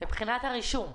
מבחינת הרישום.